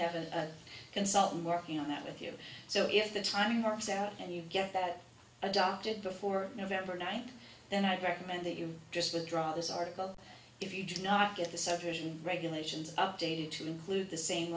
have a consultant working on that with you so if the timing arcs out and you get that adopted before november night then i recommend that you just withdraw this article if you do not get the separation regulations updated to loot the same